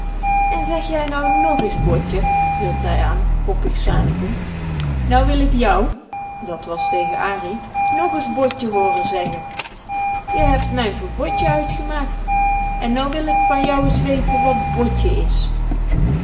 en zeg jij nou nag is botje hield hij aan koppig zanikend nou wil ik jou dat was tegen ari nog is botje hooren zeggen je hebt mijn voor botje uitgemaakt en nou wil ik van jou is weten wat botje is